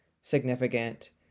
significant